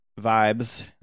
vibes